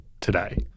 today